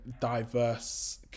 diverse